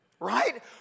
Right